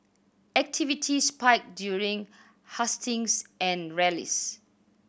activity spiked during hustings and rallies